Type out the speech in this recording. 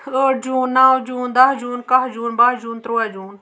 ٲٹھ جوٗن نو جوٗن دہ جوٗن کاہہ جوٗن باہ جوٗن ترٛوٚواہ جوٗن